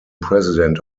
president